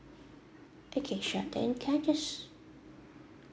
okay sure then can I just